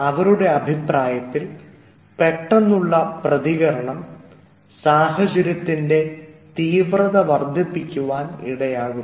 അവരുടെ അഭിപ്രായത്തിൽ പെട്ടെന്നുള്ള പ്രതികരണം സാഹചര്യത്തിൻറെ തീവ്രത വർദ്ധിപ്പിക്കുവാൻ ഇടയാകും